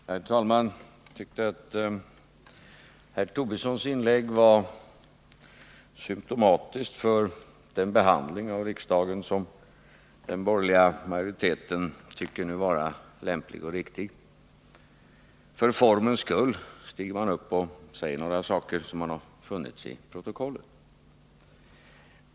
Herr talman! Jag tyckte att Lars Tobissons inlägg var symtomatiskt för den behandling av riksdagen som den borgerliga majoriteten tycker vara lämplig och riktig: för formens skull stiger man upp och säger några saker, så att det skall finnas med i protokollet.